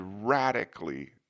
radically